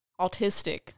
Autistic